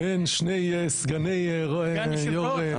בין שני סגני יו"ר.